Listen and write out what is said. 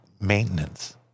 maintenance